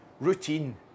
routine